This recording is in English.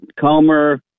Comer